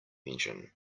engine